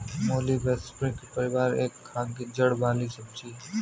मूली ब्रैसिसेकी परिवार की एक खाद्य जड़ वाली सब्जी है